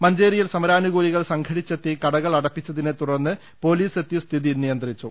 മഞ്ചേരിയിൽ സമരാനുകൂലികൾ സംഘടിച്ചെത്തി കടകൾ അടപ്പിച്ചതിനെ തുടർന്ന് പോലീസ് എത്തി സ്ഥിതി നിയന്ത്രിച്ചു